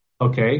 okay